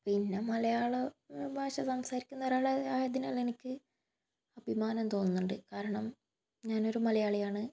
പിന്നെ മലയാള ഭാഷ സംസാരിക്കുന്ന ഒരാൾ ആയതിനാൽ എനിക്ക് അഭിമാനം തോന്നുന്നുണ്ട് കാരണം ഞാൻ ഒരു മലയാളി ആണ്